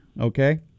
okay